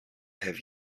have